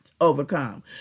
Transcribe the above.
overcome